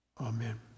amen